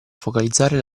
focalizzare